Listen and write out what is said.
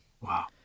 Wow